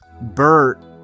Bert